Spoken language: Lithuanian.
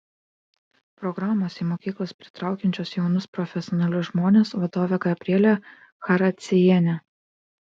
programos į mokyklas pritraukiančios jaunus profesionalius žmones vadovė gabrielė characiejienė